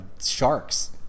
sharks